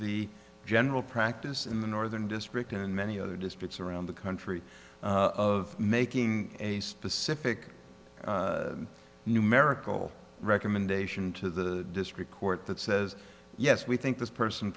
the general practice in the northern district and many other districts around the country of making a specific numerical recommendation to the district court that says yes we think this person